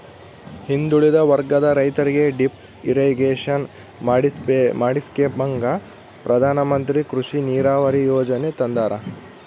ಹಿಂದುಳಿದ ವರ್ಗದ ರೈತರಿಗೆ ಡಿಪ್ ಇರಿಗೇಷನ್ ಮಾಡಿಸ್ಕೆಂಬಕ ಪ್ರಧಾನಮಂತ್ರಿ ಕೃಷಿ ನೀರಾವರಿ ಯೀಜನೆ ತಂದಾರ